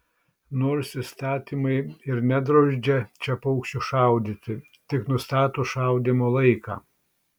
nors įstatymai ir nedraudžia čia paukščius šaudyti tik nustato šaudymo laiką